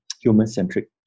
human-centric